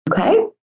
Okay